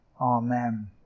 Amen